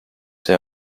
see